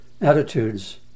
attitudes